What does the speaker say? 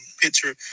picture